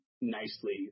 Nicely